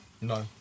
No